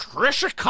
Trisha